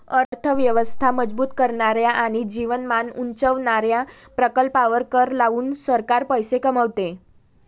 अर्थ व्यवस्था मजबूत करणाऱ्या आणि जीवनमान उंचावणाऱ्या प्रकल्पांवर कर लावून सरकार पैसे कमवते